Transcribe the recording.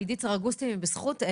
עדית סרגוסטי מבזכות.